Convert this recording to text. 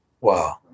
Wow